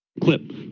clip